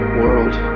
world